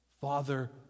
Father